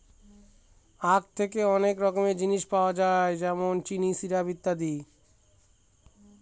আঁখ থেকে অনেক রকমের জিনিস পাওয়া যায় যেমন চিনি, সিরাপ, ইত্যাদি